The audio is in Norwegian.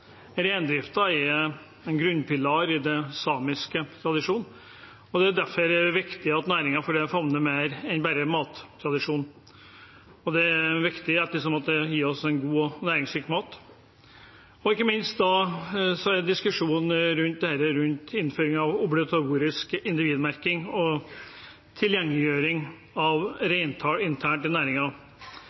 Reindriften er en grunnpilar i den samiske tradisjonen, og det er derfor viktig for næringen, for den favner mer enn bare mattradisjon. Det er også viktig ettersom det gir oss god, næringsrik mat. Når det gjelder diskusjonen rundt innføring av obligatorisk individmerking og tilgjengeliggjøring av reintall internt i